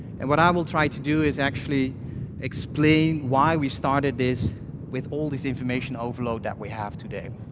and what i will try to do is actually explain why we started this with all this information overload that we have today.